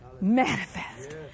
manifest